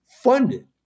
funded